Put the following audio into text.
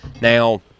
Now